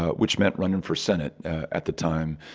ah which meant running for senate at the time,